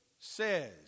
says